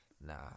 Nah